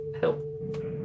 help